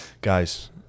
Guys